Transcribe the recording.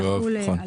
זה יחול עליה.